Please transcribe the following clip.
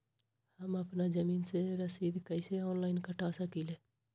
हम अपना जमीन के रसीद कईसे ऑनलाइन कटा सकिले?